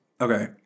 Okay